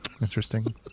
Interesting